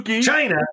China